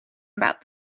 about